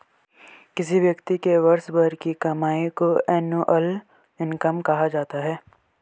किसी व्यक्ति के वर्ष भर की कमाई को एनुअल इनकम कहा जाता है